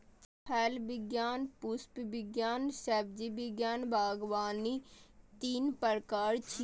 फल विज्ञान, पुष्प विज्ञान आ सब्जी विज्ञान बागवानी तीन प्रकार छियै